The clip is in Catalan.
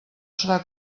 serà